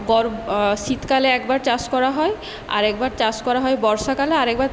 শীতকালে একবার চাষ করা হয় আর একবার চাষ করা হয় বর্ষাকালে আর একবার